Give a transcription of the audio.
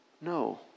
no